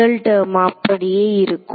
முதல் டெர்ம் அப்படியே இருக்கும்